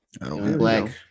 Black